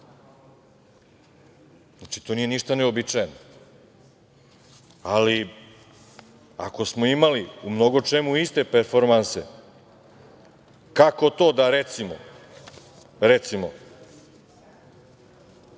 Znači, to nije ništa neuobičajeno, ali ako smo imali u mnogo čemu iste perfomanse kako to da recimo 2009.